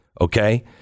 Okay